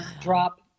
drop